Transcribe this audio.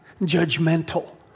judgmental